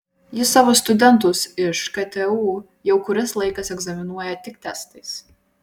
jis savo studentus iš ktu jau kuris laikas egzaminuoja tik testais